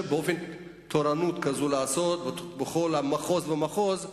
תורנות כזאת אפשר לעשות בכל מחוז ומחוז,